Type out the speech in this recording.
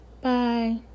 Bye